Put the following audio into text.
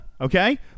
okay